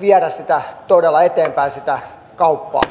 viedä todella eteenpäin sitä kauppaa